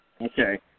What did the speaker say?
Okay